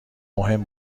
مهم